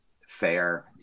fair